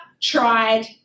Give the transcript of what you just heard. tried